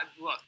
look